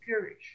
courage